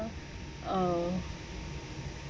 uh